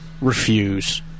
refuse